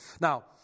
Now